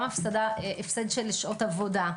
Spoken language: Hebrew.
גם הפסד שעות עבודה,